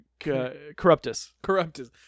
corruptus